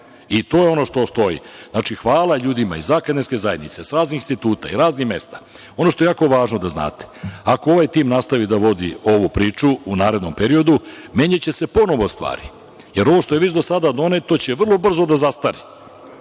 i to je ono što stoji. Znači, hvala ljudima iz akademske zajednice, sa raznih instituta i raznih mesta. Ono što je jako važno da znate, ako ovaj tim nastavi da rukovodi ovu priču u narednom periodu menjaće se ponovo stvari, jer ovo što je već do sada doneto vrlo brzo će da zastari,